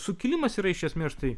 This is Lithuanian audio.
sukilimas yra iš esmės štai